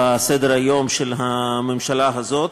בסדר-היום של הממשלה הזאת.